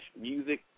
music